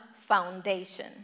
foundation